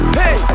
hey